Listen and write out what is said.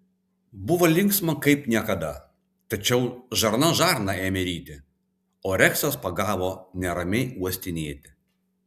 buvo linksma kaip niekada tačiau žarna žarną ėmė ryti o reksas pagavo neramiai uostinėti